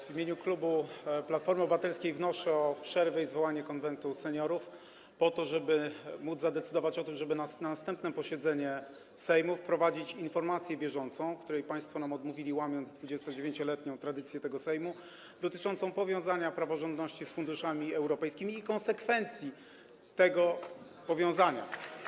W imieniu klubu Platformy Obywatelskiej wnoszę o przerwę i zwołanie Konwentu Seniorów, po to żeby móc zadecydować o tym, żeby na następne posiedzenie Sejmu wprowadzić informację bieżącą - której rozpatrzenia państwo nam odmówili, łamiąc 29-letnią tradycję tego Sejmu - dotyczącą powiązania praworządności z funduszami europejskimi i konsekwencji tego powiązania.